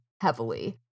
heavily